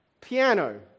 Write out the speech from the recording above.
piano